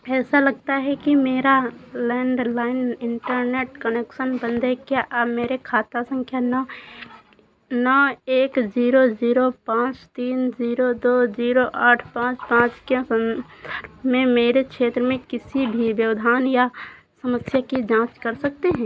ऐसा लगता है कि मेरा लैंडलाइन इंटरनेट कनेक्शन बंद है क्या आप मेरे खाता संख्या नौ नौ एक जीरो जीरो पाँच तीन जीरो दो जीरो आठ पाँच पाँच के संदर्भ में मेरे क्षेत्र में किसी भी व्यवधान या समस्या की जाँच कर सकते हैं